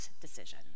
decision